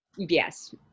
Yes